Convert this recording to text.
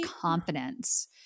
confidence